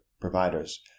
providers